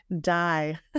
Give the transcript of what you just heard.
die